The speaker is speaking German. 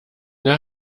der